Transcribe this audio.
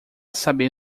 saber